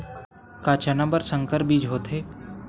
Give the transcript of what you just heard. का चना बर संकर बीज होथे?